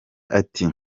ati